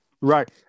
right